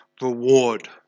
reward